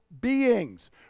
beings